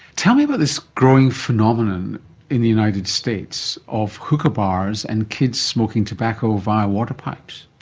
tell me about this growing phenomenon in the united states of hookah bars and kids smoking tobacco via water pipes.